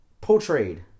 Portrayed